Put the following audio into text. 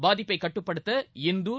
பாதிப்பைகட்டுப்படுத்த Indore